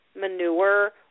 manure